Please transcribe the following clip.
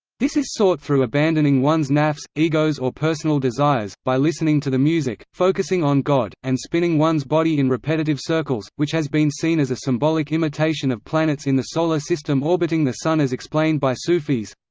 this is sought through abandoning one's nafs, egos or personal desires, by listening to the music, focusing on god, and spinning one's body in repetitive circles, which has been seen as a symbolic imitation of planets in the solar system orbiting the sun as explained by sufis